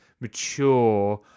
mature